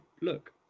look